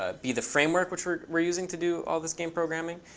ah be the framework which we're we're using to do all this game programming.